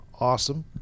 awesome